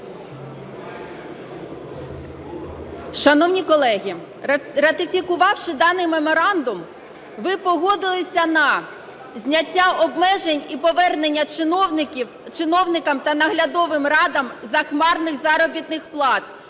Шановні колеги, ратифікувавши даний меморандум, ви погодилися на зняття обмежень і повернення чиновникам та наглядовим радам захмарних заробітних плат,